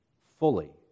fully